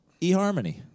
eHarmony